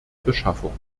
beschaffung